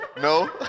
No